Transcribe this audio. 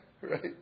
right